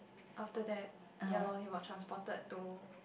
after that ya lor we were transport to